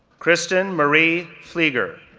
kristen marie phlegar,